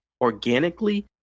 organically